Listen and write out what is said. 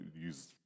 use